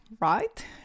right